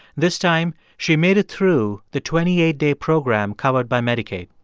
this time, she made it through the twenty eight day program covered by medicaid.